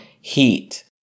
heat